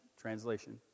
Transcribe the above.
translation